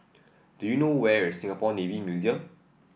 do you know where is Singapore Navy Museum